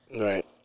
Right